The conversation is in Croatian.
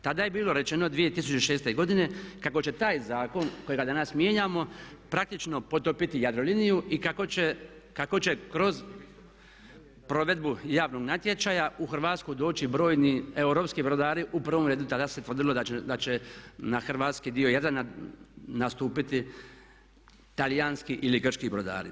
Tada je bilo rečeno, 2006. godine, kako će taj zakon kojega danas mijenjamo praktično potopiti Jadroliniju i kako će kroz provedbu javnog natječaja u Hrvatsku doći brojni europski brodari, u prvom redu tada se tvrdilo da će na hrvatski dio Jadrana nastupiti talijanski ili grčki brodari.